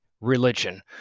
religion